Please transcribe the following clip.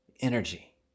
energy